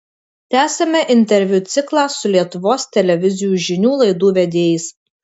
tęsiame interviu ciklą su lietuvos televizijų žinių laidų vedėjais